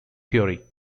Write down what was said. theory